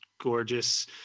gorgeous